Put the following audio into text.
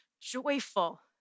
joyful